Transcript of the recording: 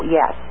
yes